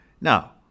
Now